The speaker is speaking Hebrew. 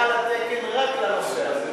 נתנו עוד 15 תקנים מעל לתקן רק לנושא הזה.